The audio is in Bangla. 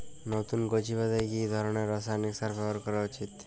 নতুন কচি পাতায় কি ধরণের রাসায়নিক সার ব্যবহার করা উচিৎ?